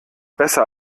besser